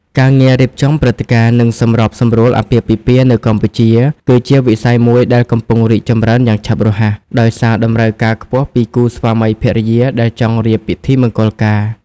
ការងាររៀបចំព្រឹត្តិការណ៍ និងសម្របសម្រួលអាពាហ៍ពិពាហ៍នៅកម្ពុជា គឺជាវិស័យមួយដែលកំពុងរីកចម្រើនយ៉ាងឆាប់រហ័ស ដោយសារតម្រូវការខ្ពស់ពីគូស្វាមីភរិយាដែលចង់រៀបពិធីមង្គលការ។